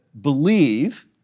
believe